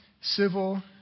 civil